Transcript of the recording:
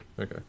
Okay